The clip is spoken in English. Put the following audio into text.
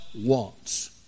wants